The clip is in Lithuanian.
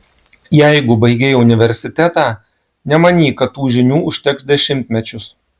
jeigu baigei universitetą nemanyk kad tų žinių užteks dešimtmečius